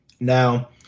Now